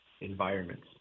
environments